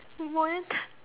what